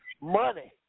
money